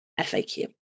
FAQ